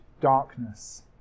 darkness